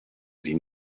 sie